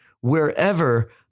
wherever